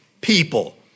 people